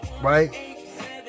Right